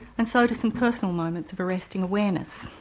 and so to some personal moments of arresting awareness.